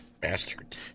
Bastard